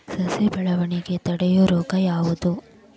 ಸಸಿ ಬೆಳವಣಿಗೆ ತಡೆಯೋ ರೋಗ ಯಾವುದು?